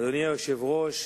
אדוני היושב-ראש,